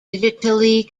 digitally